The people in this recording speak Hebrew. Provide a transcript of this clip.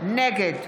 נגד